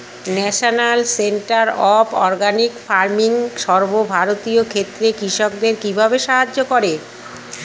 National centre of organic farming সর্বভারতীয় ক্ষেত্রে কৃষকদের কিভাবে সাহায্য করে?